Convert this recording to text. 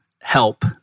help